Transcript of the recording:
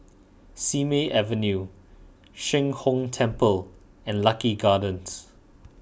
Simei Avenue Sheng Hong Temple and Lucky Gardens